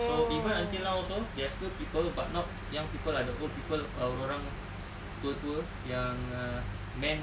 so even until now also there are still people but not young people lah the old people ah dia orang tua-tua yang ah mend